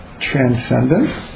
transcendent